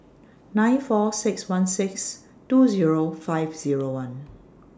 nine four six one six two Zero five Zero one